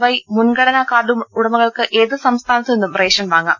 Y മുൻഗണന കാർഡുടമകൾക്ക് ഏത് സംസ്ഥാനത്തുനിന്നും റേഷൻ വാങ്ങാം